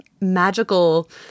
magical